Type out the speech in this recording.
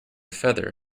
feather